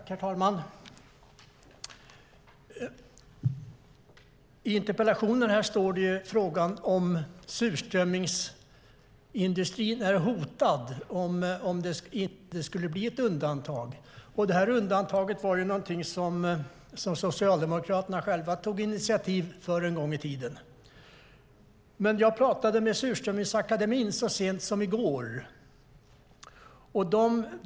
Herr talman! I interpellationen ställs frågan om surströmmingsindustrin är hotad utan detta undantag. Socialdemokraterna tog ju själva initiativ till undantaget en gång i tiden. Jag talade med Surströmmingsakademien så sent som i går.